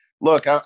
look